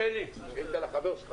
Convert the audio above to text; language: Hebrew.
(הישיבה נפסקה